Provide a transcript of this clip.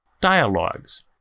dialogues